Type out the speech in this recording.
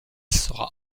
sera